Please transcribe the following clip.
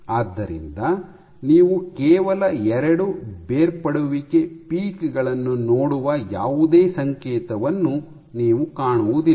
ಆದ್ದರಿಂದ ನೀವು ಕೇವಲ ಎರಡು ಬೇರ್ಪಡುವಿಕೆ ಪೀಕ್ ಗಳನ್ನು ನೋಡುವ ಯಾವುದೇ ಸಂಕೇತವನ್ನು ನೀವು ಕಾಣುವುದಿಲ್ಲ